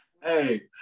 Hey